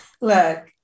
Look